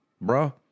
bro